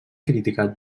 criticat